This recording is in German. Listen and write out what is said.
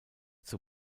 zur